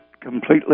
completely